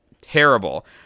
terrible